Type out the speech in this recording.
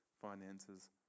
finances